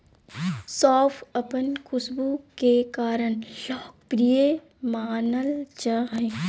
सौंफ अपन खुशबू के कारण लोकप्रिय मानल जा हइ